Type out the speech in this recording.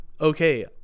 okay